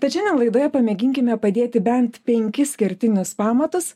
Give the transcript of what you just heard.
tad šiandien laidoje pamėginkime padėti bent penkis kertinius pamatus